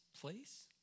place